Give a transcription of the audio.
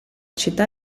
città